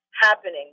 happening